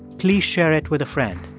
please share it with a friend.